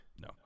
no